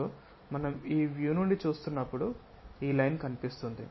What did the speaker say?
so మనం ఈ view నుండి చూస్తున్నప్పుడు ఈ లైన్ కనిపిస్తుంది